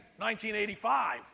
1985